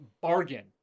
bargain